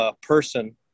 person